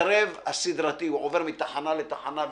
המסרב הסדרתי, הוא עובר מתחנה לתחנה ומסרב.